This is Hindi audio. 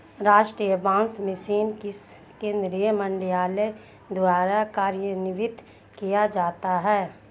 राष्ट्रीय बांस मिशन किस केंद्रीय मंत्रालय द्वारा कार्यान्वित किया जाता है?